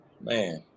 Man